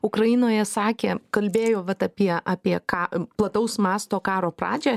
ukrainoje sakė kalbėjo vat apie apie ką plataus masto karo pradžią